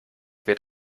wird